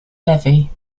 levy